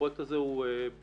הפרויקט הזה הוא בנפשנו,